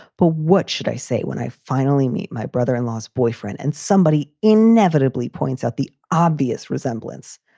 but what should i say when i finally meet my brother in law's boyfriend and somebody inevitably points out the obvious resemblance?